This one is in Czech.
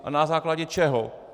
A na základě čeho?